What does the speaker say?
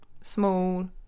small